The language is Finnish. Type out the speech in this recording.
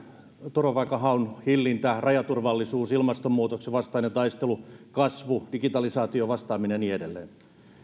turvapaikanhaun hillintä rajaturvallisuus ilmastonmuutoksen vastainen taistelu kasvu digitalisaatioon vastaaminen ja niin edelleen